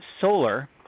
solar